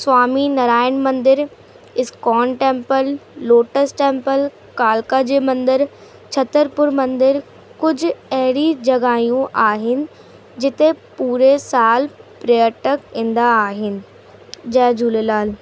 स्वामी नारायण मंदरु ISKCON temple Lotus Temple कालका जी मंदरु छत्रपुर मंदरु कुझु अहिड़ी जॻहियूं आहिनि जिते पूरे साल पर्यटक ईंदा आहिनि जय झूलेलाल